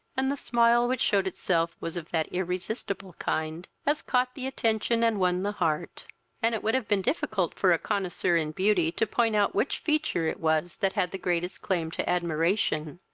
and the smile which shewed itself was of that irresistible kind as caught the attention and won the heart and it would have been difficult for a connoisseur in beauty to point out which feature it was that had the greatest claim to admiration,